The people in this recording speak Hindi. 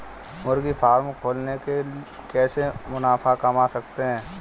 मुर्गी फार्म खोल के कैसे मुनाफा कमा सकते हैं?